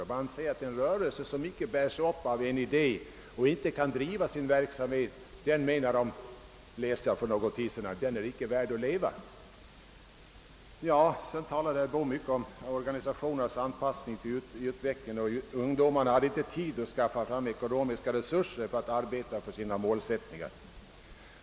Man anser att den rörelse, som icke bärs upp av en idé och inte kan driva sin verksamhet på medlemmarnas intresse och offervilja, icke är värd att leva — det läste jag för någon tid sedan i tidningen Dagen. Herr Boo talade mycket om organisationernas anpassning till utvecklingen och att ungdomarna inte hade tid att skaffa fram ekonomiska resurser för att arbeta för sin målsättning.